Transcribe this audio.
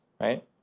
right